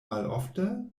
malofte